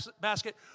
basket